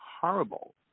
horrible